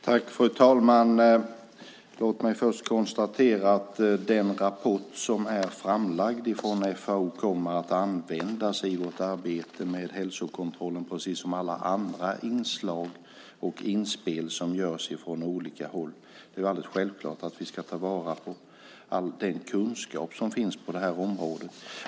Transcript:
Fru talman! Låt mig först konstatera att den rapport som FAO lagt fram kommer att användas i vårt arbete med hälsokontrollen, precis som alla andra inslag och inspel som görs från olika håll. Det är alldeles självklart att vi ska ta vara på all den kunskap som finns på området.